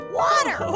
water